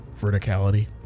verticality